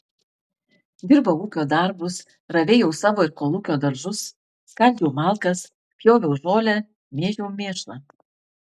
dirbau ūkio darbus ravėjau savo ir kolūkio daržus skaldžiau malkas pjoviau žolę mėžiau mėšlą